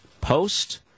post